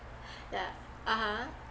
yeah (uh huh)